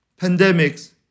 pandemic's